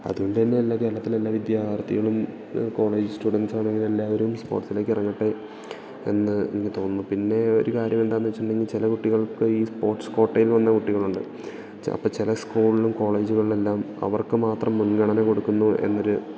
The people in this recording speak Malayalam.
അതുകൊണ്ടുതന്നെ എല്ലാ കേരളത്തിലെ എല്ലാ വിദ്യാർത്ഥികളും കോളേജ് സ്റ്റുഡൻസാണെങ്കിൽ എല്ലാവരും സ്പോർട്സിലേക്ക് ഇറങ്ങട്ടെ എന്ന് എനിക്കു തോന്നുന്നു പിന്നേ ഒരു കാര്യം എന്താണെന്നു വച്ചിട്ടുണ്ടെങ്കില് ചില കുട്ടികൾക്ക് ഈ സ്പോർട്സ് കോട്ടയിൽ വന്ന കുട്ടികളുണ്ട് അപ്പോള് ചില സ്കൂളിലും കോളേജുകളിലെല്ലാം അവർക്ക് മാത്രം മുൻഗണന കൊടുക്കുന്നു എന്നൊരു